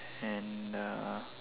and uh